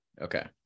Okay